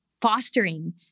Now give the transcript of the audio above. fostering